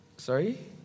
Sorry